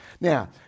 Now